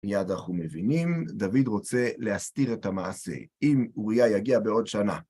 מיד אנחנו מבינים, דוד רוצה להסתיר את המעשה, אם אוריה יגיע בעוד שנה.